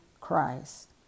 Christ